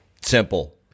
simple